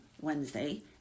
Wednesday